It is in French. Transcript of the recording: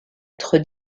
être